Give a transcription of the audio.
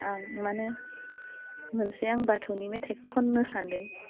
आं माने मोनसे आं बाथौनि मेथाइखौ खन्नो सानदों